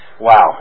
wow